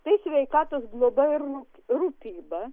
tai sveikatos globa ir rūpyba